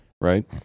right